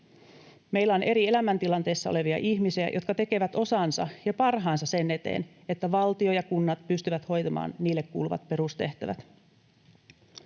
Meillä on eri elämäntilanteissa olevia ihmisiä, jotka tekevät osansa ja parhaansa sen eteen, että valtio ja kunnat pystyvät hoitamaan niille kuuluvat perustehtävät.